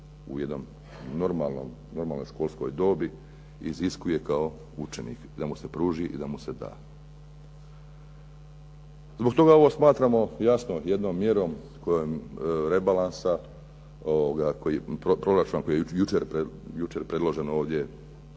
u jednoj normalnoj školskoj dobi iziskuje kao učenik da mu se pruži i da mu se da. Zbog toga ovo smatramo jednom mjerom rebalansa koji je jučer .../Govornik